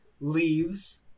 leaves